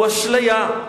הוא אשליה,